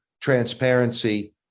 transparency